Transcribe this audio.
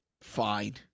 fine